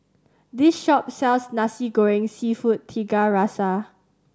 this shop sells Nasi Goreng Seafood Tiga Rasa